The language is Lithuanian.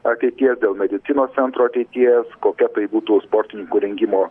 ateities dėl medicinos centro ateities kokia tai būtų sportininkų rengimo